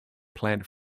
plant